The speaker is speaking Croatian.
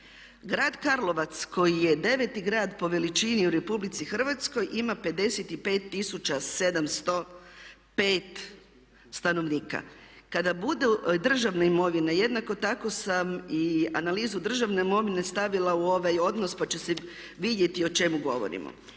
Grad Karlovac koji je 9.-ti grad po veličini u RH ima 55 tisuća 705 stanovnika. Kada bude državna imovina jednako tako sam i analizu državne imovine stavila u ovaj odnos pa će se vidjeti o čemu govorimo.